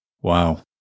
Wow